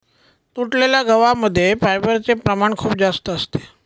तुटलेल्या गव्हा मध्ये फायबरचे प्रमाण खूप जास्त असते